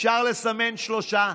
אפשר לסמן שלושה,